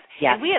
Yes